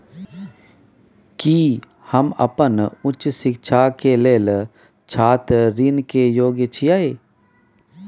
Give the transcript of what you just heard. की हम अपन उच्च शिक्षा के लेल छात्र ऋण के योग्य छियै?